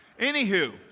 Anywho